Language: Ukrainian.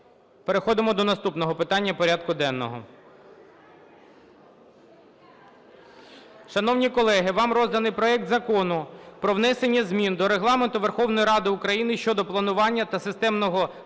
Переходимо до наступного питання порядку денного. Шановні колеги, вам розданий проект Закону про внесення змін до Регламенту Верховної Ради України щодо планування та системності